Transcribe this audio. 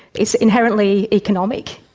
is inherently economic?